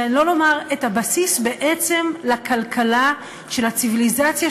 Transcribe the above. שלא נאמר את הבסיס לכלכלה של הציוויליזציה